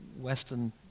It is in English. Western